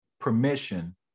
permission